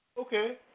Okay